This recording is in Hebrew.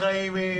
עובדים במשק.